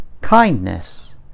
kindness